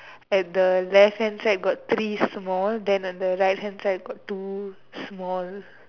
at the left hand size got three small then on the right hand side got two small